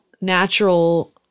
natural